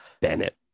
Bennett